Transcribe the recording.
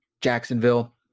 Jacksonville